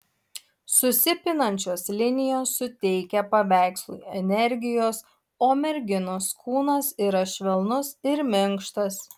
susipinančios linijos suteikia paveikslui energijos o merginos kūnas yra švelnus ir minkštas